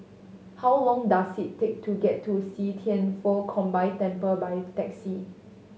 how long does it take to get to See Thian Foh Combined Temple by taxi